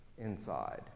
inside